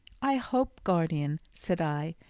i hope, guardian, said i,